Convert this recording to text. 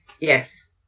Yes